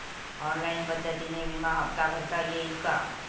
Online पद्धतीने विमा हफ्ता भरता येईल का?